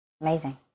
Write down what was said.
Amazing